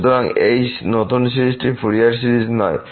সুতরাং এই নতুন সিরিজটি ফুরিয়ার সিরিজ নয়